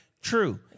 True